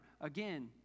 again